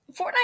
Fortnite